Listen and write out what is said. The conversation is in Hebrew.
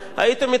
הייתם מתרעמים.